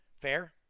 Fair